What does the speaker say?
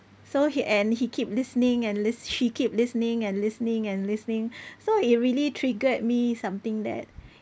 so he and he keep listening and list~ she keep listening and listening and listening so it really triggered me something that